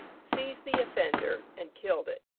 seized the offender, and killed it.